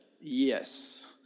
Yes